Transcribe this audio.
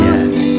Yes